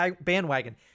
bandwagon